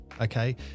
Okay